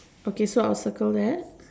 okay so I will circle there